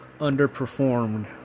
underperformed